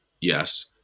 yes